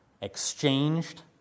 exchanged